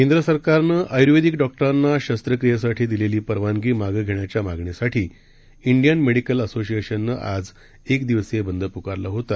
केंद्रसरकारनंआय्र्वेदिकडॉक्टरांनाशस्त्रक्रियेसाठीदिलेलीपरवानगीमागेघेण्याच्यामागणी साठीइंडियनमेडिकलअसोसिएशननंआजएकदिवसीयबंदप्कारलाहोता